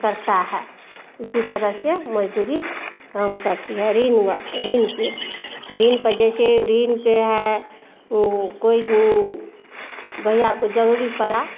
नहीं करता है इसी तरह से मजदूरी काम करती है ऋण हुआ ऋण के ऋण पर जैसे ऋण पे है कोई भईया को जरूरी पड़ा